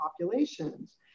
populations